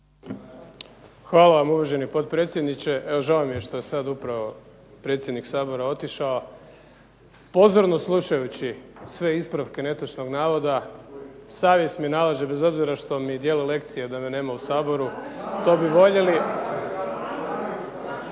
Hvala vam uvaženi potpredsjedniče. Evo žao mi je što je sad upravo predsjednik Sabora otišao. Pozorno slušajući sve ispravke netočnog navoda savjest mi nalaže, bez obzira što mi dijele lekcije da me nema u Saboru, to bi voljeli…